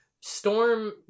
Storm